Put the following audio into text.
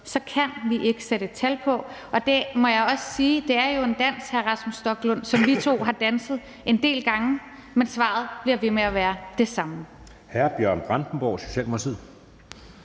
kan vi ikke sætte et tal på. Det må jeg også sige: Det er jo en dans, hr. Rasmus Stoklund, som vi to har danset en del gange, men svaret bliver ved med at være det samme.